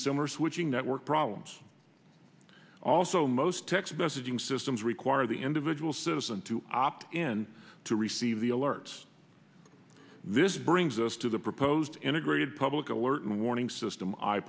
similar switching network problems also most text messaging systems require the individual citizen to opt in to receive the alerts this brings us to the proposed integrated public alert and warning system i